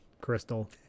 Crystal